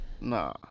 Nah